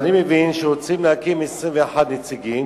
אני מבין שרוצים שיהיו 21 נציגים,